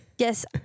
Yes